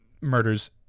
murders